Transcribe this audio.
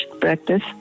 practice